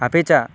अपि च